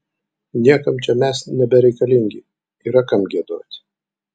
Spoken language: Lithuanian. niekam čia mes nebereikalingi yra kam giedoti